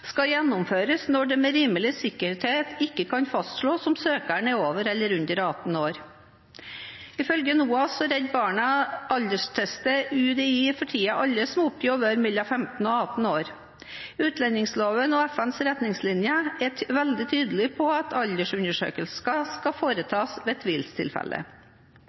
skal gjennomføres når det med rimelig sikkerhet ikke kan fastlås om søkeren er over eller under 18 år. Ifølge NOAS og Redd Barna alderstester UDI for tiden alle som oppgir å være mellom 15 og 18 år. Utlendingsloven og FNs retningslinjer er veldig tydelig på at aldersundersøkelser kun skal foretas ved tvilstilfeller.